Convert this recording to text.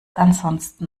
ansonsten